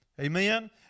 Amen